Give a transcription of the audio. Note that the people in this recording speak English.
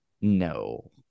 No